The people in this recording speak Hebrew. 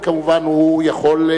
וכמובן הוא יכול,